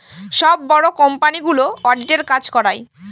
সব বড়ো কোম্পানিগুলো অডিটের কাজ করায়